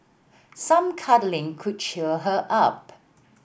some cuddling could cheer her up